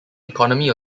economy